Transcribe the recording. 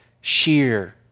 sheer